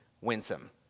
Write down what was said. winsome